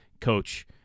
coach